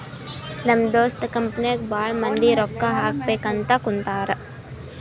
ನಮ್ ದೋಸ್ತದು ಕಂಪನಿಗ್ ಭಾಳ ಮಂದಿ ರೊಕ್ಕಾ ಹಾಕಬೇಕ್ ಅಂತ್ ಕುಂತಾರ್